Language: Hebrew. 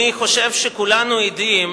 אני חושב שכולנו עדים,